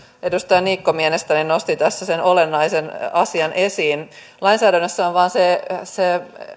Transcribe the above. edustaja niikko mielestäni nosti tässä olennaisen asian esiin lainsäädännössä on vain se